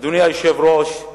אדוני היושב-ראש,